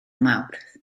mawrth